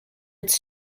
its